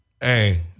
Hey